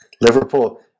Liverpool